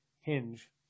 hinge